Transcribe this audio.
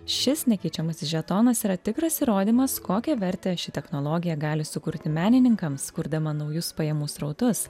šis nekeičiamas žetonas yra tikras įrodymas kokią vertę ši technologija gali sukurti menininkams kurdama naujus pajamų srautus